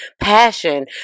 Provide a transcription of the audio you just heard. Passion